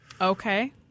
Okay